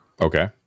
Okay